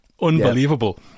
unbelievable